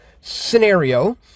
scenario